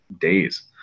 days